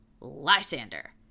Lysander